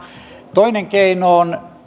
toinen keino on